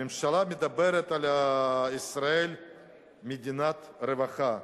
הממשלה מדברת על ישראל כמדינת רווחה.